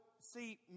see